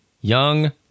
Young